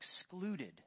excluded